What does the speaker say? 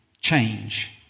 change